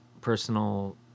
personal